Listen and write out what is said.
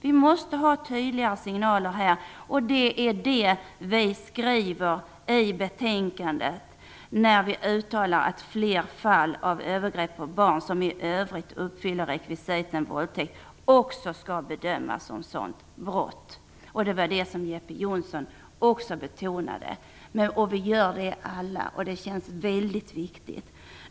Vi måste ha tydligare signaler, och det skriver vi i betänkandet när vi uttalar att fler fall av övergrepp på barn som i övrigt uppfyller rekvisiten våldtäkt också skall bedömas som ett sådant brott. Det var detta Jeppe Johnsson också betonade. Det gör vi alla. Det känns mycket viktigt.